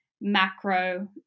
macro